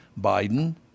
Biden